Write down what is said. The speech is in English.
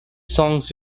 songs